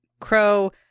crow